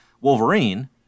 Wolverine